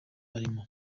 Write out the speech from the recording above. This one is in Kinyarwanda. arimo